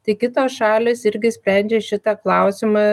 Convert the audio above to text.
tai kitos šalys irgi sprendžia šitą klausimą